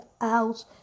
out